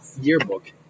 yearbook